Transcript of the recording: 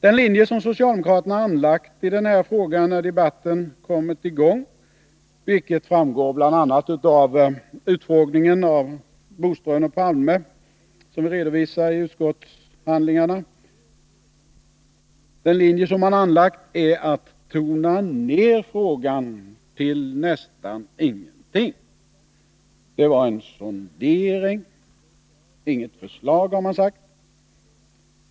Den linje som socialdemokraterna följt i den här frågan när debatten kommit i gång — vilket framgår bl.a. av utfrågningen av Lennart Bodström och Olof Palme, som vi redovisar i utskottshandlingarna — är att tona ner frågan till nästan ingenting. Det var én sondering, inget förslag, har man sagt.